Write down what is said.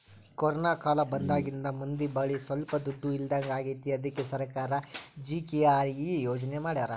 corona ಕಾಲ ಬಂದಾಗಿಂದ ಮಂದಿ ಬಳಿ ಸೊಲ್ಪ ದುಡ್ಡು ಇಲ್ದಂಗಾಗೈತಿ ಅದ್ಕೆ ಸರ್ಕಾರ ಜಿ.ಕೆ.ಆರ್.ಎ ಯೋಜನೆ ಮಾಡಾರ